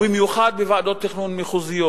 במיוחד בוועדות תכנון מחוזיות.